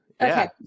Okay